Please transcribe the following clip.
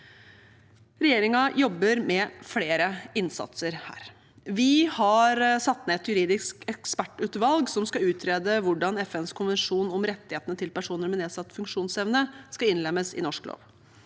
Regjeringen jobber med flere innsatser her. Vi har satt ned et juridisk ekspertutvalg som skal utrede hvordan FNs konvensjon om rettighetene til personer med nedsatt funksjonsevne skal innlemmes i norsk lov.